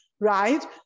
right